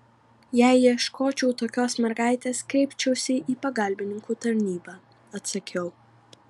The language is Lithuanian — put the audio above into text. jei ieškočiau tokios mergaitės kreipčiausi į pagalbininkų tarnybą atsakiau